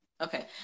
okay